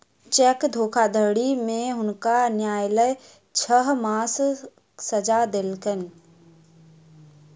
cheque धोखाधड़ी में हुनका न्यायलय छह मासक सजा देलकैन